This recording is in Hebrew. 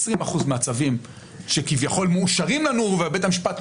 20% מהצווים שכביכול מאושרים לנו ובית המשפט ---,